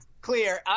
Clear